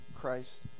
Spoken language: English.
Christ